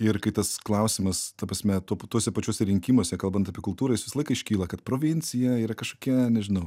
ir kai tas klausimas ta prasme tuopa tuose pačiuose rinkimuose kalbant apie kultūrą jis visą laiką iškyla kad provincija yra kažkokia nežinau